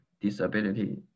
disability